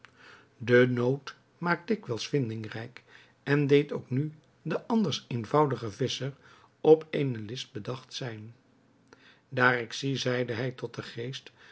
de nood maakt dikwijls vindingrijk en deed ook nu den anders eenvoudigen visscher op eene list bedacht zijn daar ik zie zeide hij tot den geest